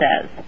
says